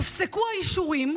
הופסקו האישורים,